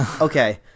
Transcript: okay